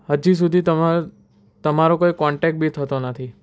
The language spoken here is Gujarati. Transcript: હજી સુધી તમે તમારો કોઈ કોન્ટેક બી થતો નથી